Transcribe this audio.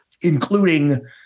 Including